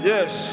Yes